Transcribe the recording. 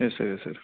yes sir yes sir